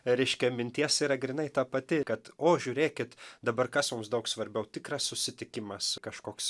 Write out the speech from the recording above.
reiškia minties yra grynai ta pati kad o žiūrėkit dabar kas mums daug svarbiau tikras susitikimas kažkoks